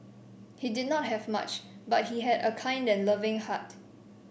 he did not have much but he had a kind and loving heart